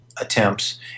attempts